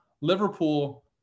Liverpool